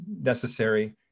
necessary